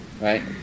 right